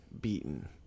Beaten